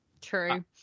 True